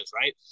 Right